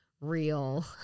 real